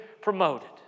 promoted